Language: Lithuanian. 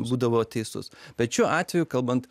būdavo teisus bet šiuo atveju kalbant